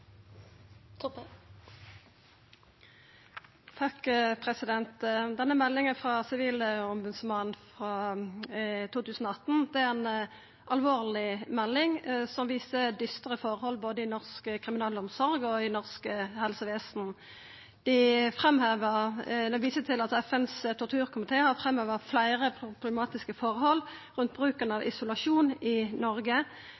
melding som viser dystre forhold både i norsk kriminalomsorg og i norsk helsevesen. Det vert vist til at FNs torturkomité har framheva fleire problematiske forhold rundt bruken av